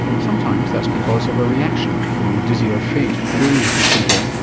sometimes that's because of a reaction, feeling dizzy or faint during the procedure.